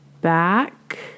back